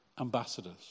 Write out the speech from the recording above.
ambassadors